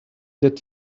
that